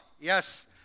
Yes